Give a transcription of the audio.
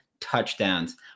touchdowns